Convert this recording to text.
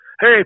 Hey